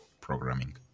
programming